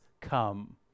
come